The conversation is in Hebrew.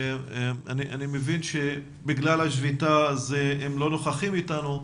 אני מבין שבגלל השביתה הם לא נוכחים איתנו.